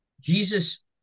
Jesus